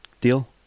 deal